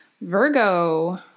Virgo